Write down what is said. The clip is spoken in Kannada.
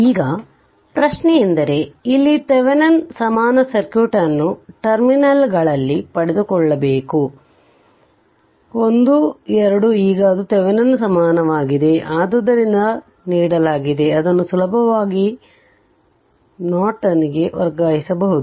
ಈಗ ಪ್ರಶ್ನೆಯೆಂದರೆ ಇಲ್ಲಿ ಥೆವೆನಿನ್ ಸಮಾನ ಸರ್ಕ್ಯೂಟ್ ಅನ್ನು ಟರ್ಮಿನಲ್ಗಳಲ್ಲಿ ಪಡೆದುಕೊಳ್ಳಬೇಕು 1 2 ಈಗ ಅದು ಥೆವೆನಿನ್ ಸಮಾನವಾಗಿದೆ ಅದರಿಂದ ನೀಡಲಾಗಿದೆ ಅದನ್ನು ಸುಲಭವಾಗಿ ನಾರ್ಟನ್ಗೆ ವರ್ಗಾಯಿಸಬಹುದು